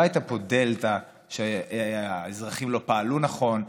לא הייתה פה דלתא שהאזרחים לא פעלו נכון,